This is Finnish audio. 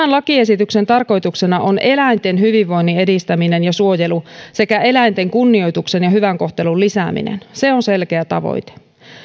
lakiesityksen tarkoituksena on eläinten hyvinvoinnin edistäminen ja suojelu sekä eläinten kunnioituksen ja hyvän kohtelun lisääminen se on selkeä tavoite